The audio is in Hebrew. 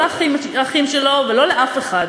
לא לאחים שלו ולא לאף אחד.